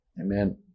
Amen